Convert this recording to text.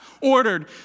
ordered